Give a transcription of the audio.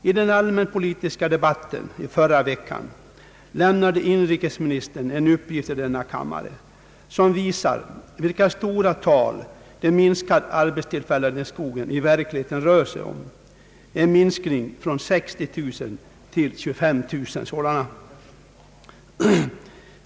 I den allmänpolitiska debatten i förra veckan lämnade inrikesministern i denna kammare en uppgift som visar vilka stora tal de minskade arbetstillfällena i skogen i verkligheten rör sig om: en minskning från 60 000 till 25 000.